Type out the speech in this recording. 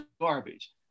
garbage